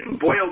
boiled